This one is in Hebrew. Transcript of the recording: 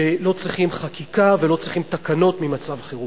לא צריכים חקיקה ולא צריכים תקנות לשעת-חירום.